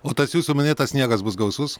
o tas jūsų minėtas sniegas bus gausus